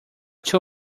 too